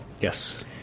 Yes